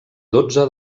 dotze